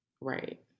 right